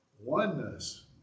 oneness